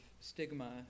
stigma